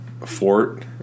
fort